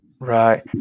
Right